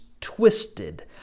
twisted